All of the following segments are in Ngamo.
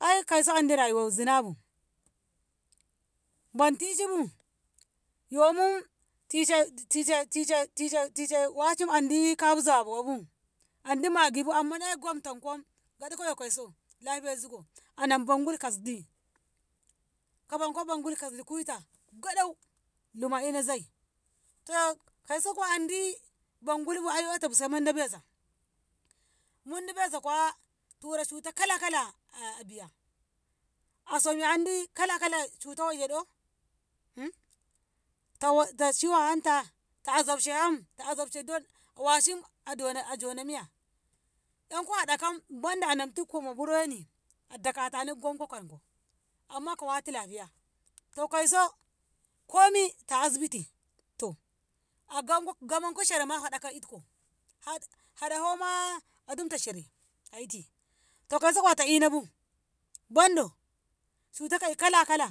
Ai kauso Andi rayuwa yo zinabu ban tishi bu yomu tishe tishe tishe tishe tishe washim andi kafi zabuwa bu Andi Maggi bu Amma naa gomtankom gadakko yo kauso lhia zugo anam bangul kasdi kabanko bangul kas kuita gadau luma a'ina zai tooh kauso ko Andi bangul bu eyoto bu Sai Manda baya zam Manda baiza kuwa tura cuta kala kala ah ahh biya asom'ye Andi kala kala cuta wayye 'do uhhm ta wae taciwon hanta ta zofshe ham azofshe Dol washim adone ajona Miya enko ha'da Kam Banda anamtu Kuma bureni adaka teni ko gonko kann Amma ko wati lahia to kaiso komi ta azibiti to agam gomanko shere ma ho'da ka itko ho'da hawo ma a gamko shere a'iti to kauso ta go a'inabu banno cuta ka'i kala kala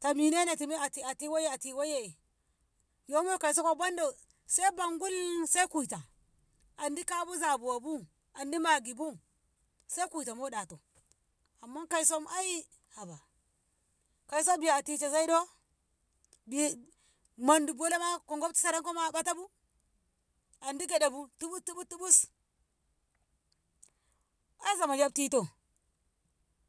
taminene ta ta ato wayye ti wayye yomi yo kauso ko Sai bangul Sai kuita Andi kafi zabuwa Andi Maggi bu Sai kuita mo'dato Amma kausom aei haba kaiso biya a tishe zai do bii mandu bolo ma ko gafti saranko ma a 'bata bu Andi ge'dabu tuku'b tuku'b tubus aei zaman yaftito.